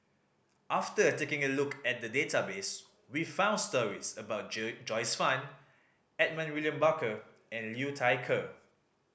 after taking a look at the database we found stories about Joyce Fan Edmund William Barker and Liu Thai Ker